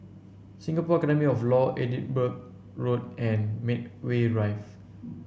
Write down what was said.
Singapore Academy of Law Edinburgh Road and Medway Drive